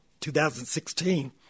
2016